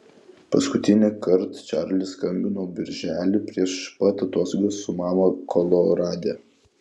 paskutinįkart čarlis skambino birželį prieš pat atostogas su mama kolorade